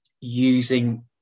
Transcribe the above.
using